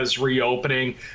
reopening